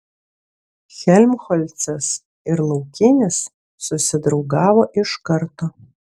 helmholcas ir laukinis susidraugavo iš karto